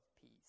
peace